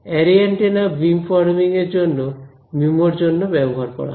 array antenna beam forming এর জন্য MIMO এর জন্য ব্যবহার করা হয়